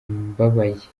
mbabaye